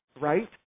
right